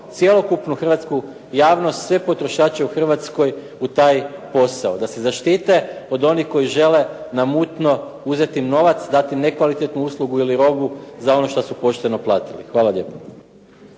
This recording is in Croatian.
cjelokupnu hrvatsku javnost, sve potrošače u Hrvatskoj u taj posao da se zaštite od onih koji žele na mutno uzeti novac, dati nekvalitetnu uslugu ili robu za ono što su pošteno platili. Hvala lijepo.